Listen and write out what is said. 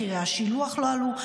כי מחירי השילוח לא עלו,